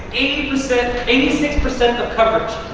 eighty six eighty six percent of coverage.